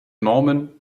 normen